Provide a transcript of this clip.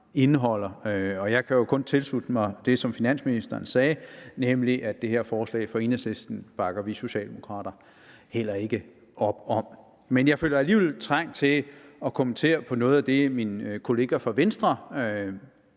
indeholder. Jeg kan jo kun tilslutte mig det, som finansministeren sagde, nemlig at det her forslag fra Enhedslisten bakker vi Socialdemokrater heller ikke op om. Jeg føler alligevel trang til at kommentere noget af det, min kollega fra Venstre